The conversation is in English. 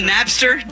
Napster